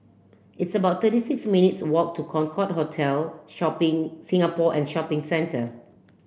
it's about thirty six minutes' walk to Concorde Hotel Shopping Singapore and Shopping Centre